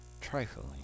trifling